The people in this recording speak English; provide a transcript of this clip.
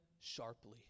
sharply